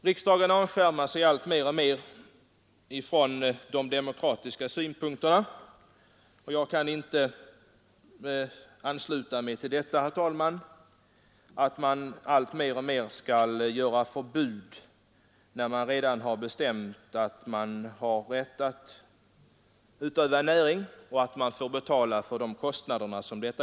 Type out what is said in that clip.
Riksdagen avskärmar sig alltmer från de demokratiska synpunkterna, och jag kan, herr talman, inte ansluta mig till att det införs fler och fler förbud som medför kostnader för de näringsidkare som drabbas och som har tillstånd att bedriva sin verksamhet.